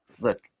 look